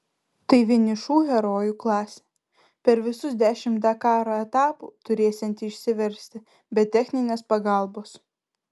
tai vienišų herojų klasė per visus dešimt dakaro etapų turėsianti išsiversti be techninės pagalbos